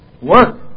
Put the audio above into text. work